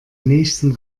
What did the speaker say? nächsten